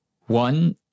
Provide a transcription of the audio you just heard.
One